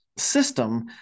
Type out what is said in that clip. system